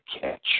catch